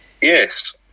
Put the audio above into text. yes